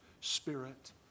spirit